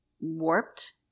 warped